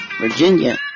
Virginia